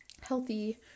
healthy